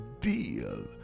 deal